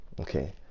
okay